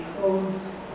codes